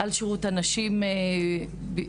על שירות הנשים בפרט.